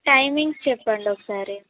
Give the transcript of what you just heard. timings చెప్పండి ఒకసారి